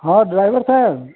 हाँ ड्राइवर साहब